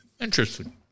interesting